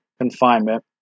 confinement